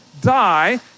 die